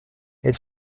elle